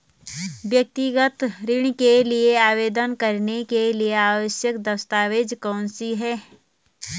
व्यक्तिगत ऋण के लिए आवेदन करने के लिए आवश्यक दस्तावेज़ कौनसे हैं?